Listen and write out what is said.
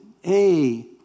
hey